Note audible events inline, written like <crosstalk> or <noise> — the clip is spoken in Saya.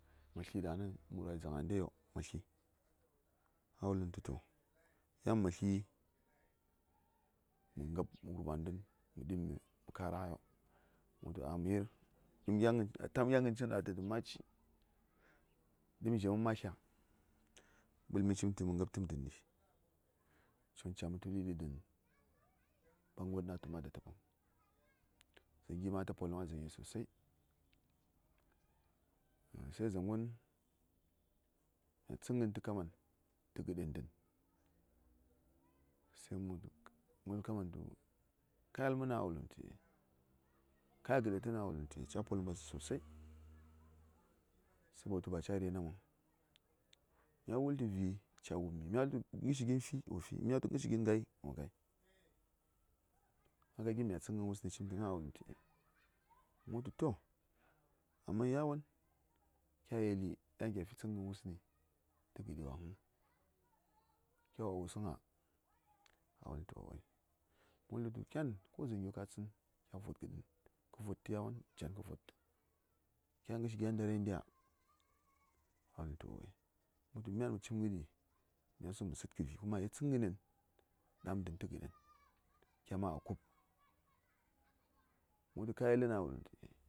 Ma tli dangnɚn maran dzang a ndaiyo ma tli a wullɚm tu to yan ma tli mɚ ngab wulba gɚdɚn mo dib mir mɚ kara ngaiyo. Kuma ləɓi ɗaŋ mə sləghai, ko kya cimza:r ba ka-ba ka tu təŋ sabo tu ba ka tu, ka yu service ɗa ɗanəŋ ma ba cin tə karfiŋ. Mə slə, dzaŋ va:y, ya:n mə ta wul tətu, to <unintelligible> baba gwai a yi wul tu ma slə a ləbwon, kada mə makarai ɗu:n, tə slən sli təghai vəŋ? A wulləm tu mə ɓələm tə ya:n. Mə wul tə tu, to shikenan, ma wumi, ma̱ fahimtai. Figən tə fighən, mə wul tə tu mə slio, a wul tu ka, ɗaŋ dazaŋ, ɗaŋ lapma lətsəya? Ɗaŋni ko mya sli maba wo sləŋo, mə wul tu to